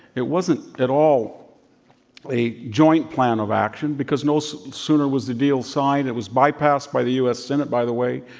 it wasn't at all a joint plan of action because no so sooner was the deal signed, it was bypassed by the u. s. senate, by the way,